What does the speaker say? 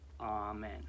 amen